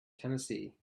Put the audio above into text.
tennessee